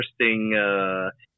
interesting